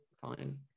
fine